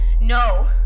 No